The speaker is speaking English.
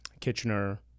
Kitchener